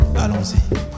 Allons-y